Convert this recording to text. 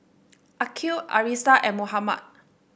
Aqil Arissa and Muhammad